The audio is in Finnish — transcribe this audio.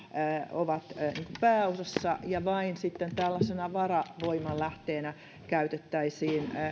ovat pääosassa ja vain sitten tällaisena varavoimanlähteenä käytettäisiin